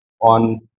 on